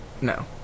No